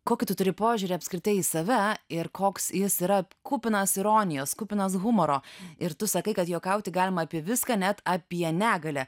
kokį tu turi požiūrį apskritai į save ir koks jis yra kupinas ironijos kupinas humoro ir tu sakai kad juokauti galima apie viską net apie negalią